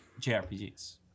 JRPGs